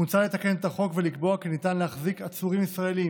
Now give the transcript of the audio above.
מוצע לתקן את החוק ולקבוע כי יהיה ניתן להחזיק עצורים ישראלים